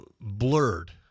blurred